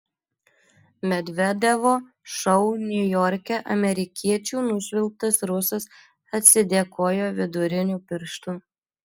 medvedevo šou niujorke amerikiečių nušvilptas rusas atsidėkojo viduriniu pirštu